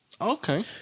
Okay